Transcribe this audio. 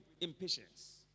impatience